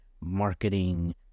marketing